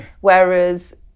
whereas